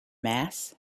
mass